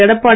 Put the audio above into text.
Edappadi